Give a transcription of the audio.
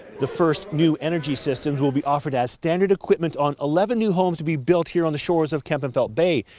the first new energy systems will be offered as standard equipment on eleven new homes to be built here on the shores of kempenfelt bay.